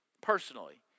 personally